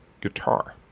guitar